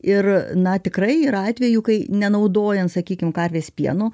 ir na tikrai yra atvejų kai nenaudojant sakykim karvės pieno